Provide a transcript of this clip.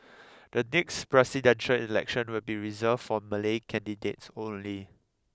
the next presidential election will be reserved for Malay candidates only